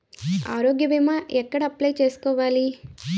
ఆరోగ్య భీమా ఎక్కడ అప్లయ్ చేసుకోవాలి?